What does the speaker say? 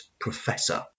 professor